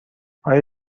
آیا